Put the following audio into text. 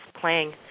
playing